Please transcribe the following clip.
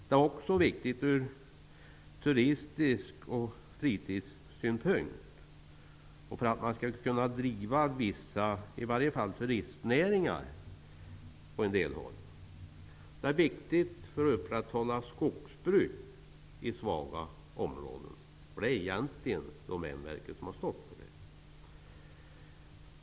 De är också viktiga ur turistisk synpunkt och ur fritidssynpunkt och för att man skall kunna driva vissa turistnäringar på en del håll. Domänverket behövs för att upprätthålla skogsbruk i svaga områden. Det är egentligen Domänverket som har stått för det.